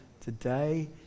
today